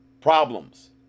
problems